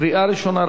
בקריאה ראשונה.